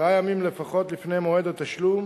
עשרה ימים לפחות לפני מועד התשלום,